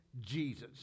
Jesus